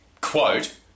quote